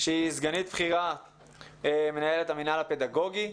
שהיא סגנית בכירה מנהל המינהל הפדגוגי.